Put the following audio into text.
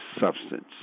substance